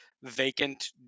vacant